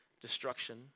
destruction